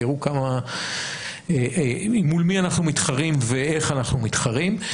תראו מול מי אנחנו מתחרים ואיך אנחנו מתחרים.